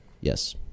Yes